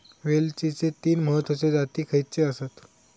वेलचीचे तीन महत्वाचे जाती खयचे आसत?